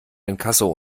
inkasso